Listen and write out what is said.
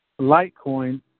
Litecoin